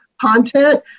content